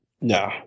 No